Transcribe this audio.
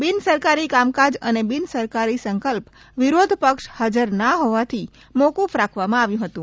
બીન સરકારી કામકાજ અને બીન સરકારી સંકલ્પ વિરોધ પક્ષ હાજરના હોવાથી મોફફ રાખવામાં આવ્યું હતું